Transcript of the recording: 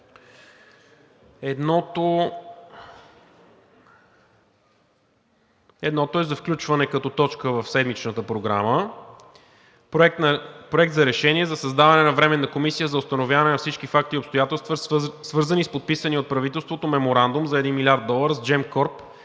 е за включване като точка в Седмичната програма на Проект на решение за създаване на Временна комисия за установяване на всички факти и обстоятелства, свързани с подписания от правителството Меморандум за един милиард долара с Gemcorp